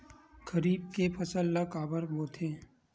खरीफ के फसल ला काबर बोथे?